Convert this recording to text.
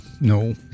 No